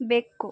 ಬೆಕ್ಕು